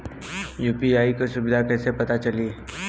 UPI क सुविधा कैसे पता चली?